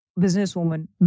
businesswoman